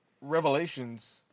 Revelations